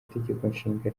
itegekonshinga